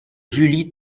julie